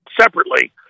separately